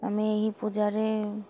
ଆମେ ଏହି ପୂଜାରେ